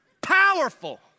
Powerful